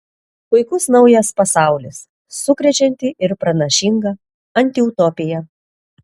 puikus naujas pasaulis sukrečianti ir pranašinga antiutopija